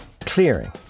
clearing